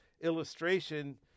illustration